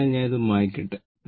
അതിനാൽ ഞാൻ അത് മായ്ക്കട്ടെ